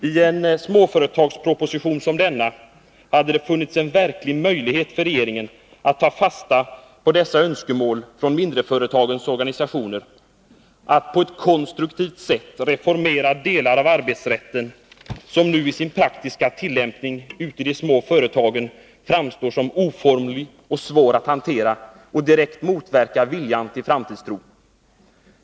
I en småföretagsproposition som denna hade det funnits en verklig möjlighet för regeringen att ta fasta på dessa önskemål från de mindre företagens organisationer att på ett konstruktivt sätt reformera delar av arbetsrätten som nu i sin praktiska tillämpning ute i de små företagen framstår som oformliga och svåra att hantera och direkt motverkar framtidstron.